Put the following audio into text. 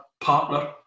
partner